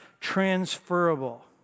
transferable